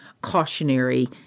cautionary